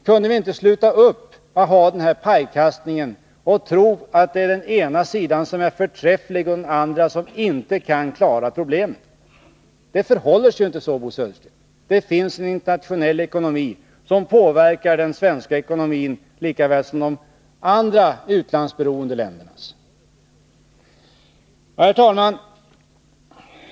Kan vi inte sluta med denna pajkastning, sluta tro att den ena sidan är förträfflig och att den andra inte kan klara problemen? Det förhåller sig inte så, Bo Södersten. Det finns en internationell ekonomi, som påverkar den svenska ekonomin lika väl som andra utlandsberoende länders. Herr talman!